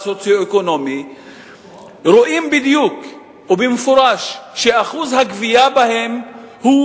סוציו-אקונומי רואים בדיוק ובמפורש שאחוז הגבייה בהם הוא